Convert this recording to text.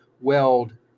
weld